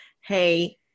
Hey